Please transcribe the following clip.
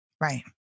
Right